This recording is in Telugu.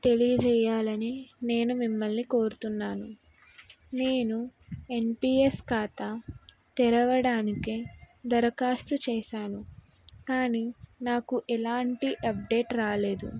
తెలియజేయాలని నేను మిమ్మల్ని కోరుతున్నాను నేను ఎన్పీఎస్ ఖాతా తెరవడాకి దరఖాస్తు చేశాను కానీ నాకు ఎలాంటి అప్డేట్ రాలేదు